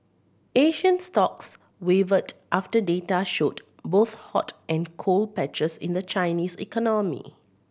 Asian stocks wavered after data showed both hot and cold patches in the Chinese economy